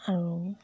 আৰু